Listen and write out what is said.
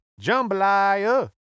Jambalaya